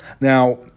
Now